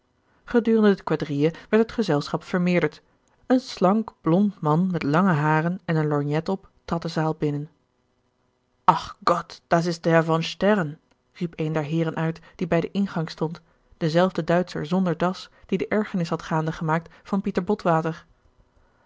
gedurende de quadrille werd het gezelschap vermeerderd een slank blond man met lange haren en een lorgnet op trad de zaal binnen gerard keller het testament van mevrouw de tonnette ach gott da ist der von sterren riep een der heeren uit die bij den ingang stond dezelfde duitscher zonder das die de ergernis had gaande gemaakt van pieter botwater